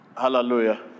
Hallelujah